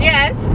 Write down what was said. Yes